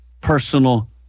personal